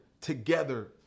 together